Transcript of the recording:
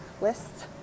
lists